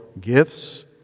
gifts